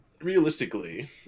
realistically